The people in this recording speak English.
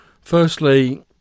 firstly